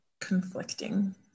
Conflicting